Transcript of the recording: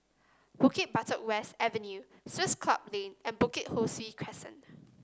Bukit Batok West Avenue Swiss Club Lane and Bukit Ho Swee Crescent